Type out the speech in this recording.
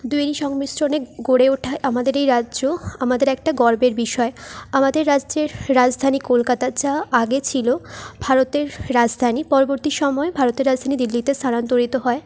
দুয়েরই সংমিশ্রণে গড়ে ওঠা আমাদের এই রাজ্য আমাদের একটা গর্বের বিষয় আমাদের রাজ্যের রাজধানী কলকাতা যা আগে ছিলো ভারতের রাজধানী পরবর্তী সময়ে ভারতের রাজধানী দিল্লিতে স্থানান্তরিত হয়